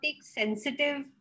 sensitive